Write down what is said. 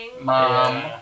Mom